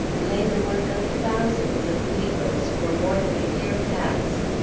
lay the work of thousands of negroes for more than a year past.